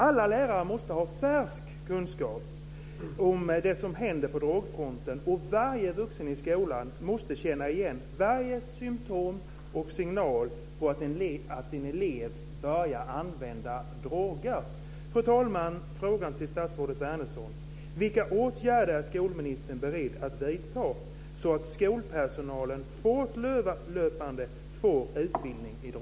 Alla lärare måste ha färsk kunskap om det som händer på drogfronten, och varje vuxen i skolan måste känna igen varje symtom och signal på att en elev börjar använda droger. Fru talman! Frågan till satsrådet Wärnersson är: